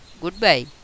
Goodbye